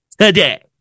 today